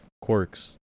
quirks